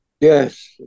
Yes